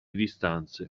distanze